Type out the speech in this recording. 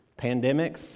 pandemics